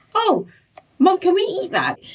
oh mom can we eat that?